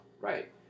Right